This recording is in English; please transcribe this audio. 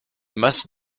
must